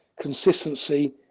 consistency